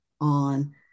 on